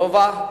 לובה,